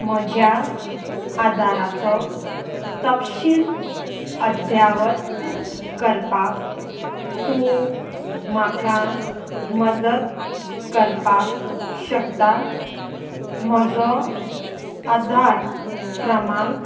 म्हज्या आदाराचो तपशील अध्यावत करपाक तूं म्हाका मदत करपाक शकता म्हजो आधार क्रमांक